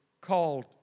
called